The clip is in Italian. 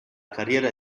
carriera